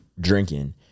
drinking